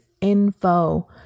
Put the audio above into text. info